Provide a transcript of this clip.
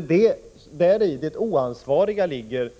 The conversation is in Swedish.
Det är däri det oansvariga ligger: